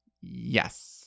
Yes